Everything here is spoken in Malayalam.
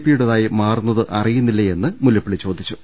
പിയുടേതായി മാറുന്നത് അറിയുന്നില്ലേ എന്ന് മുല്ലപ്പള്ളി ചോദിച്ചു